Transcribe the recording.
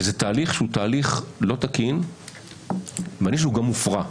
זה תהליך שהוא תהליך לא תקין והוא גם מופרע.